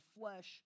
flesh